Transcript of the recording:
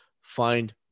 find